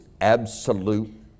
absolute